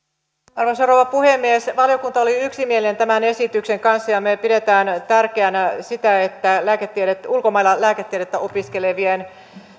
arvoisa rouva puhemies valiokunta oli yksimielinen tämän esityksen kanssa ja me pidämme tärkeänä että nyt varmistuu ulkomailla lääketiedettä opiskelevien